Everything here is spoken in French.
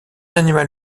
animal